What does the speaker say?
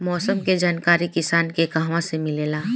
मौसम के जानकारी किसान के कहवा से मिलेला?